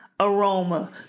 Aroma